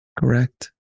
Correct